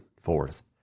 fourth